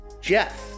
Jeff